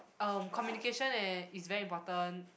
um communication eh is very important